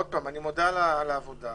אני מודה על העבודה.